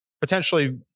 potentially